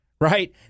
right